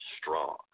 strong